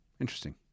Interesting